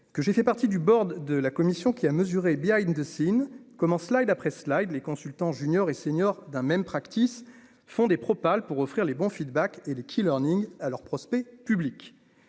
que j'ai fait partie du board de la commission qui a mesuré behind comment cela et, d'après slides les consultants juniors et seniors d'un même practices font des propals pour offrir les bon feedback et les qui Learning à leurs prospects public